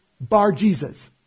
Bar-Jesus